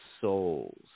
souls